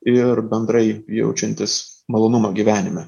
ir bendrai jaučiantis malonumą gyvenime